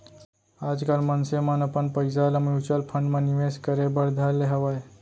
आजकल मनसे मन अपन पइसा ल म्युचुअल फंड म निवेस करे बर धर ले हवय